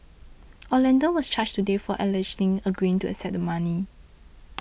Orlando was charged today for allegedly agreeing to accept the money